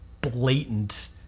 blatant